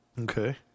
Okay